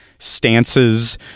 stances